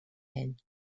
ell